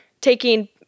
taking